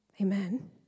Amen